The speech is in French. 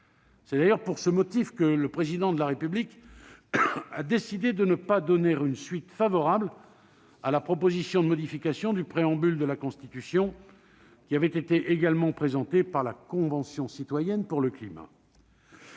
C'est d'ailleurs pour ce motif que le Président de la République a décidé de ne pas donner une suite favorable à la proposition de modification du préambule de la Constitution qui avait été également présentée par la Convention citoyenne pour le climat.